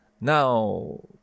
now